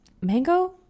mango